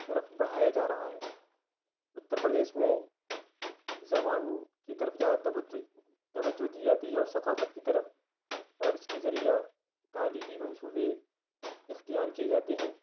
طرف بڑھایا جا رہا ہے اتر پردیش میں زبان کی طرف زیادہ توجہ توجہ دی جاتی ہے اور ثقافت کی طرف اور اس کے ذریعہ تعلیمی منصوبے اختیار کئے جاتے ہیں